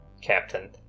Captain